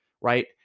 right